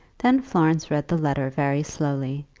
then florence read the letter very slowly,